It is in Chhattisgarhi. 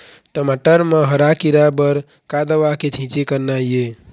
टमाटर म हरा किरा बर का दवा के छींचे करना ये?